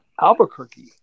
Albuquerque